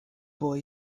boy